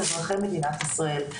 אזרחי מדינת ישראל,